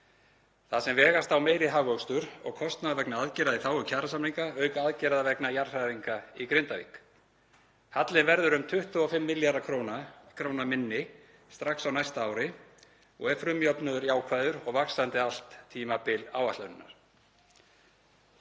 þar sem vegast á meiri hagvöxtur og kostnaður vegna aðgerða í þágu kjarasamninga auk aðgerða vegna jarðhræringa í Grindavík. Hallinn verður um 25 milljörðum kr. minni strax á næsta ári og er frumjöfnuður jákvæður og vaxandi allt tímabil áætlunarinnar,